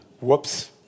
Whoops